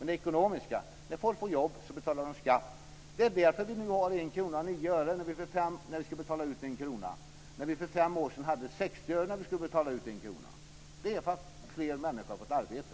När människor får jobb betalar de ju skatt. Därför har vi nu 1:09 kr när vi ska betala ut 1 krona. För fem år sedan hade 60 öre när vi skulle betala ut 1 krona. Anledningen är alltså att fler människor har fått arbete.